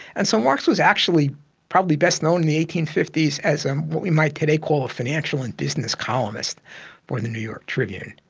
and so marx was actually probably best known in the eighteen fifty s as um what we might today call a financial and business columnist for the new york tribune.